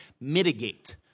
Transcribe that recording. mitigate